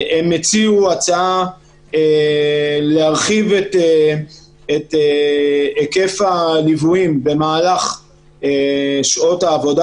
הם הציעו להרחיב את היקף הליוויים במהלך שעות העבודה